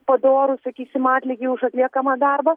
padorų sakysim atlygį už atliekamą darbą